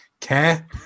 care